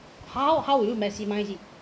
how how you maximize it